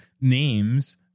names